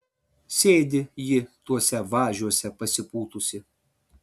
sėdi ji tuose važiuose pasipūtusi